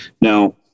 now